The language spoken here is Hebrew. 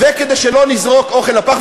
וכדי שלא נזרוק אוכל לפח,